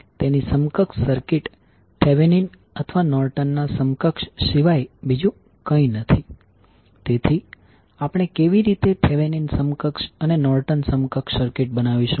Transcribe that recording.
તેની સમકક્ષ circuit Thevenin અથવા નોર્ટન ના સમકક્ષ સિવાય બીજું કંઈ નથી તેથી આપણે કેવી રીતે થેવેનીન સમકક્ષ અને નોર્ટન સમકક્ષ સર્કિટ બનાવીશું